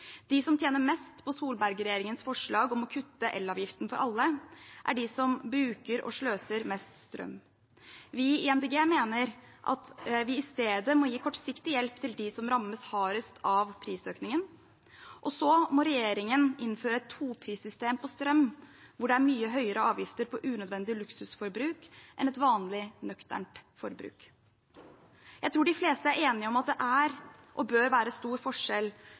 De som tjener mest på Solberg-regjeringens forslag om å kutte elavgiften for alle, er de som bruker og sløser mest strøm. Vi i Miljøpartiet De Grønne mener at vi i stedet må gi kortsiktig hjelp til dem som rammes hardest av prisøkningen, og så må regjeringen innføre et toprissystem på strøm, hvor det er mye høyere avgifter på unødvendig luksusforbruk enn på et vanlig, nøkternt forbruk. Jeg tror de fleste er enige om at det er og bør være stor forskjell